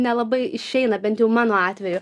nelabai išeina bent jau mano atveju